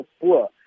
poor